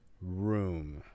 room